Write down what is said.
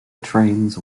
trains